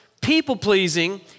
people-pleasing